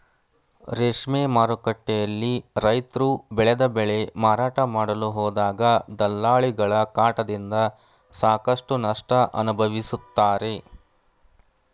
ರೇಷ್ಮೆ ಮಾರುಕಟ್ಟೆಯಲ್ಲಿ ರೈತ್ರು ಬೆಳೆದ ಬೆಳೆ ಮಾರಾಟ ಮಾಡಲು ಹೋದಾಗ ದಲ್ಲಾಳಿಗಳ ಕಾಟದಿಂದ ಸಾಕಷ್ಟು ನಷ್ಟ ಅನುಭವಿಸುತ್ತಾರೆ